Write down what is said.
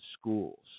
schools